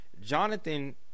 Jonathan